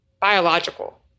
biological